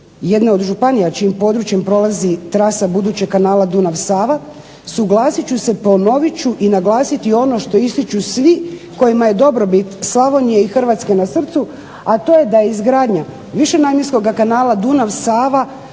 jedne od županija čijim područjem prolazi trasa budućeg kanala Dunav-Sava usuglasit ću se, ponovit ću i naglasiti ono što ističu svi kojima je dobrobit Slavonije i Hrvatske na srcu, a to je da je izgradnja višenamjenskog kanala Dunav-Sava